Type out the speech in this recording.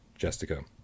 Jessica